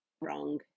Wrong